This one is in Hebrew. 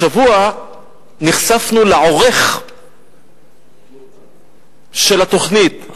השבוע נחשפנו לעורך של התוכנית.